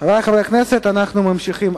חברי חברי הכנסת, אנחנו ממשיכים.